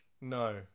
No